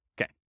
Okay